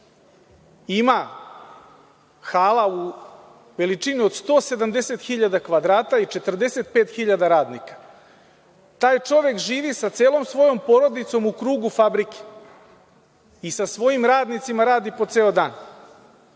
ima halu veličine od 170 hiljada kvadrata i 45 hiljada radnika. Taj čovek živi sa celom svojom porodicom u krugu fabrike i sa svojim radnicima radi po ceo dan.